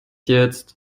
jetzt